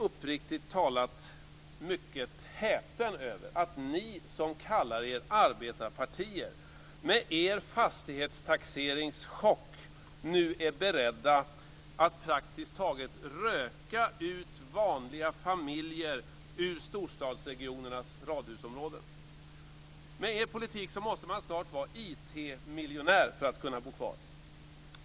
Uppriktigt sagt är jag mycket häpen över att ni som kallar er arbetarpartier med er fastighetstaxeringschock nu är beredda att praktiskt taget röka ut vanliga familjer ur storstadsregionernas radhusområden. Med er politik måste man snart vara IT-miljonär för att kunna bo kvar.